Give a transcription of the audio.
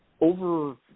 over